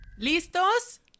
¿Listos